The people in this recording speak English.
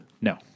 No